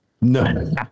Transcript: no